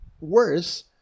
worse